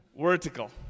Vertical